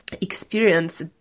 experience